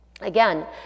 again